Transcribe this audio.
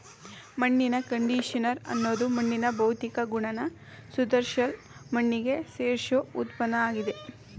ಮಣ್ಣಿನ ಕಂಡಿಷನರ್ ಅನ್ನೋದು ಮಣ್ಣಿನ ಭೌತಿಕ ಗುಣನ ಸುಧಾರ್ಸಲು ಮಣ್ಣಿಗೆ ಸೇರ್ಸೋ ಉತ್ಪನ್ನಆಗಿದೆ